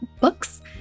books